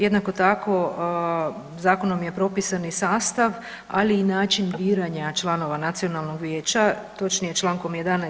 Jednako tako zakonom je propisan i sastav, ali i način biranja članova Nacionalnog vijeća, točnije člankom 11.